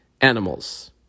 animals